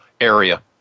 area